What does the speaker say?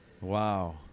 Wow